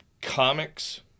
comics